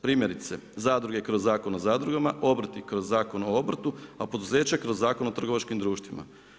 Primjerice, zadruge i kroz Zakon o zadrugama, obrti kroz Zakon o obrtu, a poduzeće kroz Zakon o trgovačkim društvima.